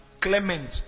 Clement